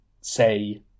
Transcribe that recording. say